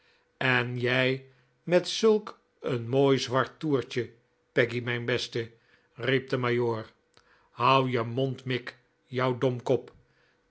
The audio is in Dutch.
en jij met zulk een mooi zwart toertje peggy mijn beste riep de majoor houd je mond mick jou domkop